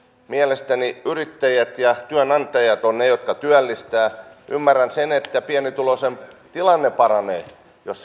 mielestäni yrittäjät ja työnantajat ovat ne jotka työllistävät ymmärrän sen että pienituloisen tilanne paranee jos